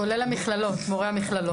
כולל מורי המכללות.